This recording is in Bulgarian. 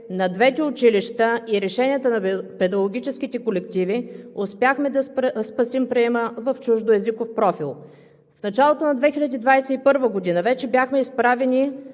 на двете училища и решенията на педагогическите колективи успяхме да спасим приема в чуждоезиков профил. В началото на 2021 г. вече бяхме изправени